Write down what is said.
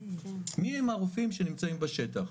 מי הם הרופאים שנמצאים בשטח?